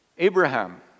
Abraham